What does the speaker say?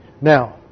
Now